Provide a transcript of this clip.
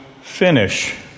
finish